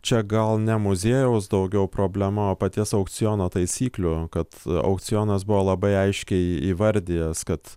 čia gal ne muziejaus daugiau problema o paties aukciono taisyklių kad aukcionas buvo labai aiškiai įvardijęs kad